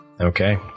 Okay